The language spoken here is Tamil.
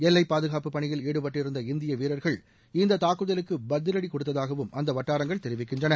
எல்லைப்பாதுகாப்பு பணியில் ஈடுபட்டிருந்த இந்திய வீரர்கள் இந்த தாக்குதலுக்கு பதிவடி கொடுத்ததாகவும் அந்த வட்டாரங்கள் தெரிவிக்கின்றன